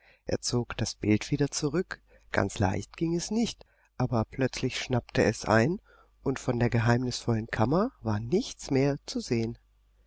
er zog das bild wieder zurück ganz leicht ging es nicht aber plötzlich schnappte es ein und von der geheimnisvollen kammer war nichts mehr zu sehen